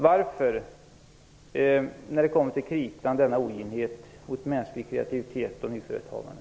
Varför, när det kommer till kritan, denna oginhet mot mänsklig kreativitet och mot nyföretagande?